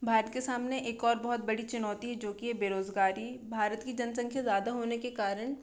भारत के सामने एक और बहुत बड़ी चुनौती है जो कि है बेरोज़गारी भारत की जनसंख्या ज़्यादा होने के कारण